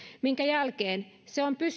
minkä jälkeen se on